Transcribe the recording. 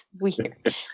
weird